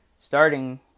Starting